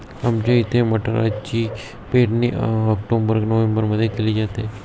आमच्या इथे मटारची पेरणी ऑक्टोबर नोव्हेंबरमध्ये केली जाते